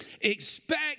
Expect